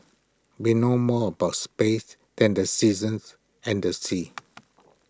we know more about space than the seasons and the seas